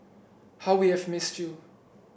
how we have missed you